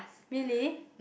really